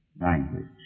Language